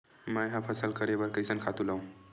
मैं ह फसल करे बर कइसन खातु लेवां?